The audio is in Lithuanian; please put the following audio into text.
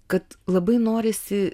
kad labai norisi